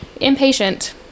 impatient